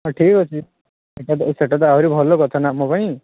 ହଁ ଠିକ୍ ଅଛି ସେଇଟା ସେଇଟା ତ ଆହୁରି ଭଲ କଥା ନା ଆମ ପାଇଁ